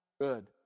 good